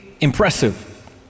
impressive